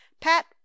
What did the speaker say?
Pat